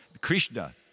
Krishna